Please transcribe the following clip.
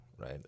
right